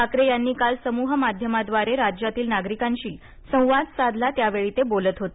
ठाकरे यांनी काल समूह माध्यमाद्वारे राज्यातील नागरिकांशी संवाद साधला त्यावेळी ते बोलत होते